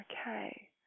Okay